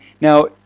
now